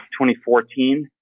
2014